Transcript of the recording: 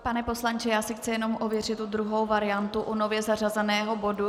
Pane poslanče, já si chci jenom ověřit tu druhou variantu u nově zařazeného bodu.